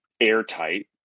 airtight